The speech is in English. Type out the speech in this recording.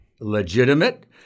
legitimate